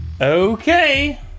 Okay